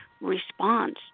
response